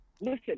Listen